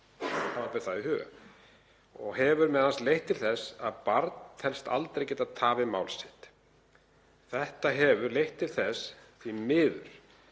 það hefur m.a. leitt til þess að barn telst aldrei geta tafið mál sitt. Þetta hefur leitt til þess, því miður,